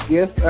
Yes